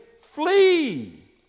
Flee